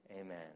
amen